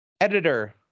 editor